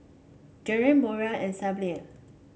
Glenn Moira and Syble